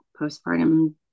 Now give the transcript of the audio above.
postpartum